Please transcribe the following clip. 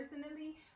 personally